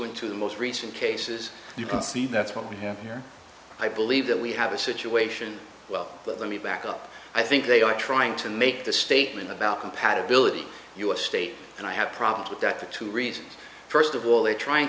to the most recent cases you can see that's what we have here i believe that we have a situation well but let me back up i think they are trying to make the statement about compatibility us state and i have problems with that for two reasons first of all they're trying